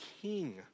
king